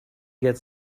get